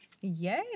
yay